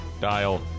dial